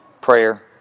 prayer